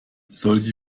solche